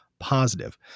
positive